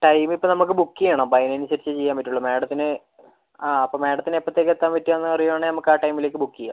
time ഇപ്പോൾ നമുക്ക് book ചെയ്യണം അപ്പോൾ അതിനനുസരിച്ചെ ചെയ്യാൻ പറ്റുള്ളൂ മാഡത്തിന് അപ്പോൾ മാഡത്തിന് എപ്പോഴത്തേക്ക് എത്താൻ പറ്റുക അറിയുവാണേൽ നമുക്ക് ആ ടൈമിലേക്ക് ബുക്ക് ചെയ്യാം